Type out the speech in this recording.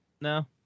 No